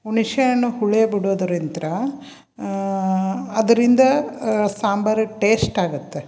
ಹುಣಶೆ ಹಣ್ ಹುಳಿ ಬಿಡೋದ್ರಿಂತ ಅದರಿಂದ ಸಾಂಬಾರು ಟೇಶ್ಟ್ ಆಗುತ್ತೆ